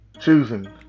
choosing